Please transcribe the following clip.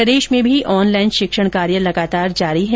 प्रदेश में भी ऑनलाइन शिक्षण कार्य लगातार जारी है